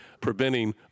preventing